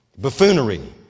Buffoonery